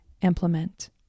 implement